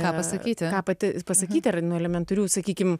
ką pasakyti ką pasakyti ar na elementarių sakykim